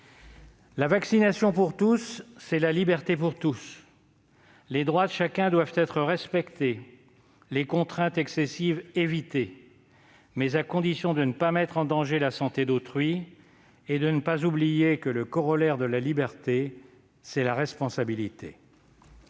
La vaccination pour tous, c'est la liberté pour tous. Les droits de chacun doivent être respectés, les contraintes excessives évitées, mais à condition de ne pas mettre en danger la santé d'autrui et de ne pas oublier que le corollaire de la liberté, c'est la responsabilité.